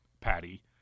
Patty